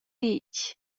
ditg